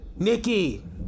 Nikki